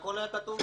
כי הכול היה כתוב.